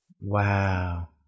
Wow